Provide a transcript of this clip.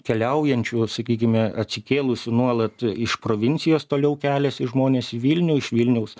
keliaujančių va sakykime atsikėlusių nuolat iš provincijos toliau keliasi žmonės į vilnių iš vilniaus